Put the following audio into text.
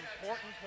important